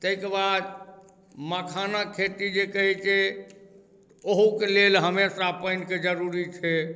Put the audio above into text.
ताहिके बाद मखानक खेती जे कहैत छै ओहोके लेल हमेशा पानिके जरूरी छै